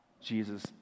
Jesus